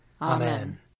Amen